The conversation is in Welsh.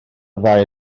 ddau